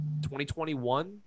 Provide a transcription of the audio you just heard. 2021